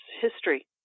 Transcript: history